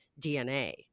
DNA